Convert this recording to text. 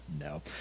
No